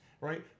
right